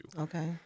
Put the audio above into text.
Okay